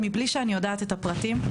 עוד מבלי שאני יודעת את הפרטים,